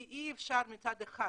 כי אי אפשר מצד אחד